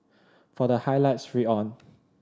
for the highlights read on